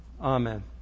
Amen